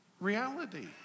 reality